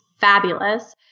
fabulous